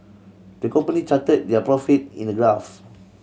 the company charted their profit in a graph